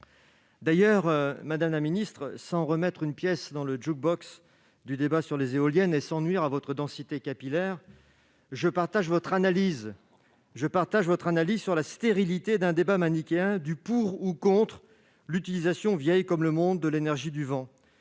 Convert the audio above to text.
D'ailleurs, madame la ministre, sans remettre une pièce dans le juke-box du débat sur les éoliennes et sans nuire à votre densité capillaire, je partage votre analyse sur la stérilité d'un débat manichéen du pour ou contre l'utilisation, vieille comme le monde, de l'énergie du vent.